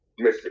Mr